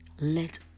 let